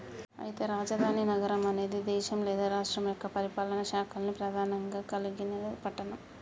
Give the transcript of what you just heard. అయితే రాజధాని నగరం అనేది దేశం లేదా రాష్ట్రం యొక్క పరిపాలనా శాఖల్ని ప్రధానంగా కలిగిన పట్టణం